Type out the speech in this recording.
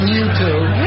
YouTube